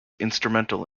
instrumental